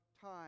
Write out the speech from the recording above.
time